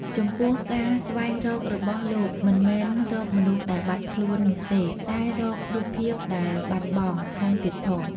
ចំពោះការស្វែងរករបស់លោកមិនមែនរក "មនុស្សដែលបាត់ខ្លួន" នោះទេតែរក "រូបភាពដែលបាត់បង់"ថែមទៀតផង។